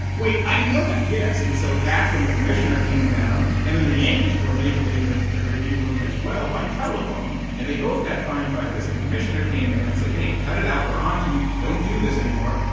wait, i didn't know that. yes, and so that's when the commissioner came down, and then the yankees were manipulating the the review room as well by telephone, and they both got fined by this. the commissioner came in and said, hey, cut it out. we're onto you. don't do this anymore.